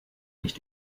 nicht